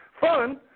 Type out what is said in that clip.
fun